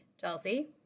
Chelsea